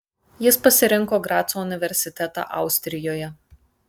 jis pasirinko graco universitetą austrijoje